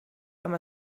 amb